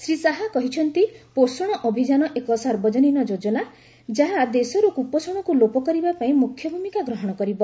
ଶ୍ରୀ ଶାହା କହିଛନ୍ତି ପୋଷଣ ଅଭିଯାନ ଏକ ସାର୍ବଜନୀନ ଯୋଜନା ଯାହା ଦେଶରୁ କୁପୋଷଣକୁ ଲୋପ କରିବା ପାଇଁ ମୁଖ୍ୟ ଭୂମିକା ଗ୍ରହଣ କରିବ